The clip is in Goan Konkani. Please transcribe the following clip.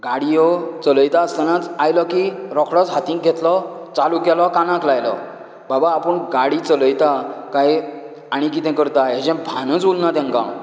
गाडयो चलयता आसतना आयलो की रोकडोच हातींत घेतलो चालूं केलो कानाक लायलो बाबा आपूण गाडी चलयता कांय आनी कितें करता हेचें भानच उरना तेंकां